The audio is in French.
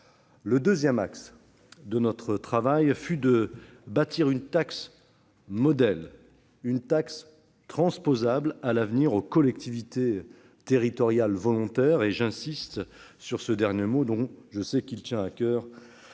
Deuxièmement, notre travail fut de bâtir une taxe modèle, transposable, à l'avenir, aux collectivités territoriales volontaires- j'insiste sur ce dernier mot, dont je sais combien il tient à coeur